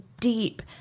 deep